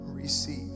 receive